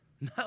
no